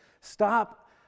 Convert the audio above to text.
Stop